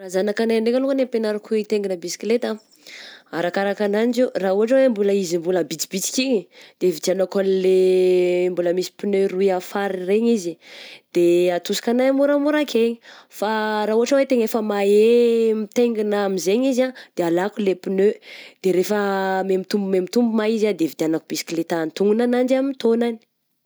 Raha zanaka anay ndraika longany no ampianariko hitaingina bisikileta ah, arakaraka ananjy io, raha ohatra hoe mbola izy mbola bitsibitsika igny de hividiagnako anle mbola misy pneu roy afara regny izy, de atosikagna moramora akeny, fa raha ohatra hoe efa tegna mahay mitaingina amin'izegny izy ah, de alako le pneu, de rehefa me mitombo me mitombo ma izy ah de hividianako bisikileta antonona azy amin'ny taonany.